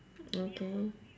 okay